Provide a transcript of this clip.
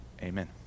amen